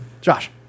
Josh